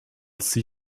see